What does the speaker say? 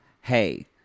hey